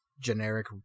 generic